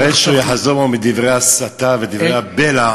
אחרי שהוא יחזור בו מדברי ההסתה ודברי הבלע,